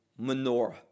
menorah